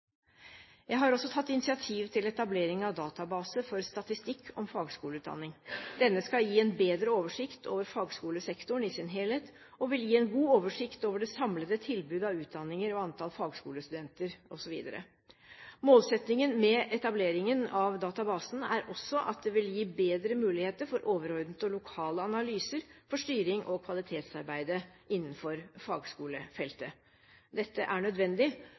Jeg har også tatt initiativ til etablering av Database for statistikk om fagskoleutdanning. Denne skal gi en bedre oversikt over fagskolesektoren i sin helhet, og vil gi en god oversikt over det samlede tilbudet av utdanninger, antall fagskolestudenter osv. Målsettingen med etableringen av databasen er også at det vil gi bedre muligheter for overordnede og lokale analyser for styring og kvalitetsarbeid innenfor fagskolefeltet. Dette er nødvendig,